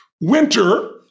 winter